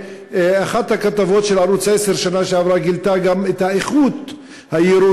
אחת הכתבות של ערוץ 10 בשנה שעברה גילתה גם את האיכות הירודה,